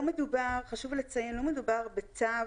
חשוב לציין, לא מדובר בצו